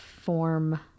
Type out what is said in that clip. form